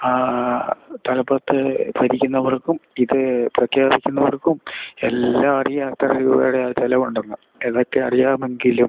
ആ തലപ്പത്ത് ഭരിക്കുന്നവർക്കും ഇത് പ്രഖ്യാപിക്കുന്നവർക്കും എല്ലാം അറിയാം എത്ര രൂപയുടെ ചിലവുണ്ടെന്ന് ഇതൊക്കെ അറിയാമെങ്കിലും